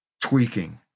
tweaking